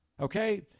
okay